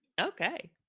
Okay